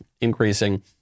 increasing